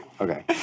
Okay